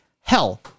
Hell